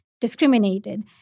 discriminated